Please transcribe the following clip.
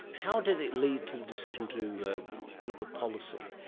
how did it lead to the decision to look at policy?